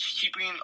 keeping